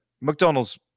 McDonald's